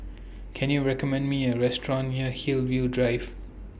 Can YOU recommend Me A Restaurant near Hillview Drive